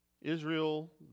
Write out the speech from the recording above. Israel